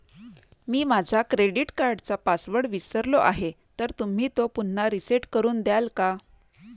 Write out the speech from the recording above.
मी माझा क्रेडिट कार्डचा पासवर्ड विसरलो आहे तर तुम्ही तो पुन्हा रीसेट करून द्याल का?